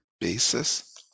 Basis